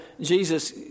Jesus